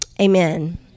Amen